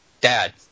Dad